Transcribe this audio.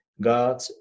God